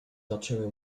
zaczęły